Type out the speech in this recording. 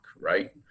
right